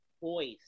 voice